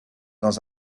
dans